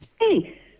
Hey